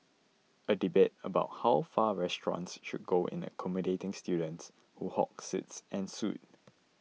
a debate about how far restaurants should go in accommodating students who hog seats ensued